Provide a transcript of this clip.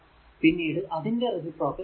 പിന്നീട് അതിന്റെ റേസിപ്രോക്കൽ എടുക്കുക